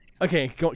Okay